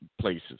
places